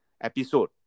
episode